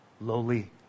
Lowly